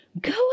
Go